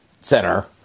center